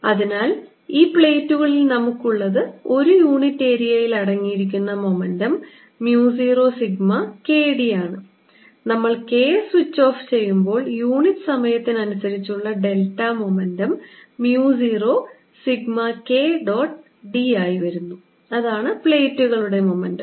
അതിനാൽ ഈ പ്ലേറ്റുകളിൽ നമുക്കുള്ളത് ഒരു യൂണിറ്റ് ഏരിയയിൽ അടങ്ങിയിരിക്കുന്ന momentum mu 0 sigma K d ആണ് നമ്മൾ K സ്വിച്ച് ഓഫ് ചെയ്യുമ്പോൾ യൂണിറ്റ് സമയത്തിനനുസരിച്ചുള്ള delta momentum mu 0 sigma K dot d ആയി വരുന്നു അതാണ് പ്ലേറ്റുകളുടെ മൊമെന്റം